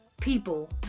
people